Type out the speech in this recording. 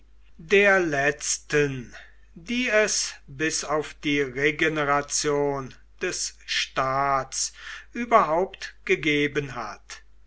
der letzten die es bis auf die regeneration des staats überhaupt gegeben hat